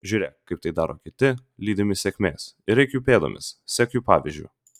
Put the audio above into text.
žiūrėk kaip tai daro kiti lydimi sėkmės ir eik jų pėdomis sek jų pavyzdžiu